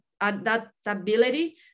adaptability